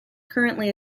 currently